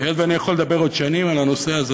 היות שאני יכול לדבר עוד שנים על הנושא הזה,